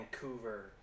Vancouver